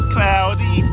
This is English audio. Cloudy